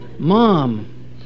Mom